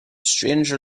stranger